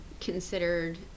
considered